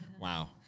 Wow